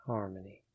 Harmony